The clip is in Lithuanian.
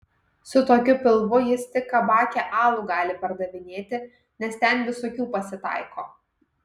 su tokiu pilvu jis tik kabake alų gali pardavinėti nes ten visokių pasitaiko